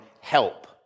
help